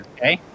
Okay